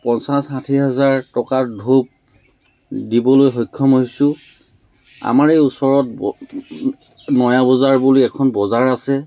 পঞ্চাছ ষাঠি হাজাৰ টকাৰ ধূপ দিবলৈ সক্ষম হৈছোঁ আমাৰ এই ওচৰত নয়াবজাৰ বুলি এখন বজাৰ আছে